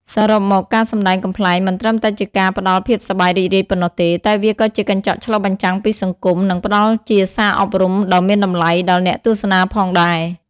សរុបមក ការសម្ដែងកំប្លែងមិនត្រឹមតែជាការផ្ដល់ភាពសប្បាយរីករាយប៉ុណ្ណោះទេ តែវាក៏ជាកញ្ចក់ឆ្លុះបញ្ចាំងពីសង្គម និងផ្ដល់ជាសារអប់រំដ៏មានតម្លៃ ដល់អ្នកទស្សនាផងដែរ។